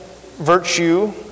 virtue